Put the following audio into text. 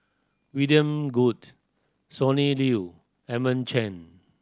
William Goode Sonny Liew Edmund Chen